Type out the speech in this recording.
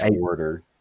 order